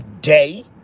day